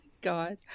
God